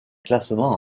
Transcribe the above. classements